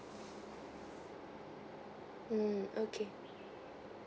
mm okay